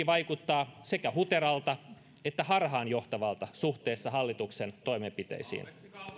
vaikuttaa sekä huteralta että harhaanjohtavalta suhteessa hallituksen toimenpiteisiin